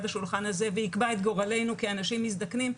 השולחן הזה ויקבע את גורלנו כאנשים מזדקנים,